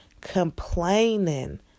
complaining